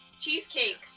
cheesecake